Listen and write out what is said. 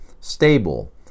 Stable